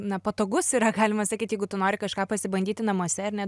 na patogus yra galima sakyt jeigu tu nori kažką pasibandyti namuose ar ne